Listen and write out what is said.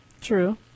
true